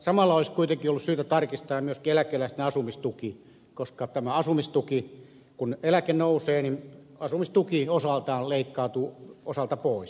samalla olisi kuitenkin ollut syytä tarkistaa myöskin eläkeläisten asumistuki koska kun eläke nousee asumistuki osaltaan leikkautuu osalta pois